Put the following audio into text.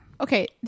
Okay